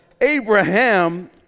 Abraham